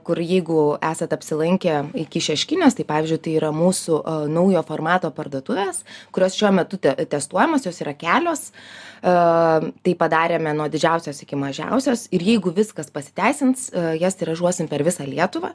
kur jeigu esat apsilankę iki šeškinės tai pavyzdžiui tai yra mūsų naujo formato parduotuvės kurios šiuo metu te testuojamos jos yra kelios aaa tai padarėme nuo didžiausios iki mažiausios ir jeigu viskas pasiteisins jas tiražuosim per visą lietuvą